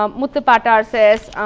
um muthu pattar says,